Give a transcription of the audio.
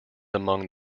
among